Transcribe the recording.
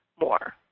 more